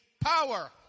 power